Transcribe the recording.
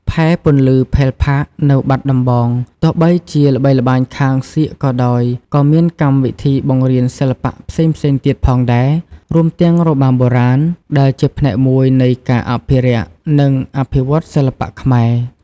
ផែ ពន្លឺ ផេលផាកនៅបាត់ដំបង ទោះបីជាល្បីល្បាញខាងសៀកក៏ដោយ ក៏មានកម្មវិធីបង្រៀនសិល្បៈផ្សេងៗទៀតផងដែរ រួមទាំងរបាំបុរាណ ដែលជាផ្នែកមួយនៃការអភិរក្ស និងអភិវឌ្ឍន៍សិល្បៈខ្មែរ។